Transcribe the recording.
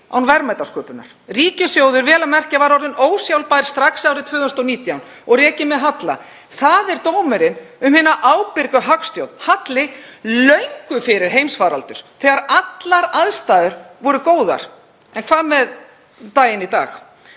án verðmætasköpunar. Ríkissjóður var, vel að merkja, orðinn ósjálfbær strax árið 2019 og rekinn með halla. Það er dómurinn um hina ábyrgu hagstjórn, halli löngu fyrir heimsfaraldur þegar allar aðstæður voru góðar. En hvað með daginn í dag?